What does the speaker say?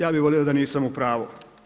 Ja bi volio da nisam u pravu.